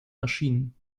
erschienen